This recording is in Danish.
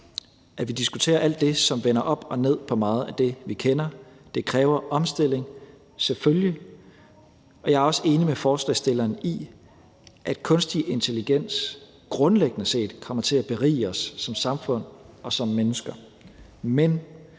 at vi diskuterer alt det, som vender op og ned på meget af det, vi kender, og at det selvfølgelig kræver en omstilling. Jeg er også enig med forslagsstillerne i, at kunstig intelligens grundlæggende set kommer til at berige os som samfund og som mennesker.